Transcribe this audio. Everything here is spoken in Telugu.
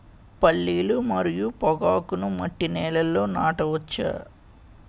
పల్లీలు మరియు పొగాకును మట్టి నేలల్లో నాట వచ్చా?